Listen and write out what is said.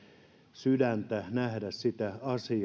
sydäntä nähdä sitä